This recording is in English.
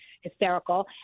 hysterical